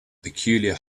peculiar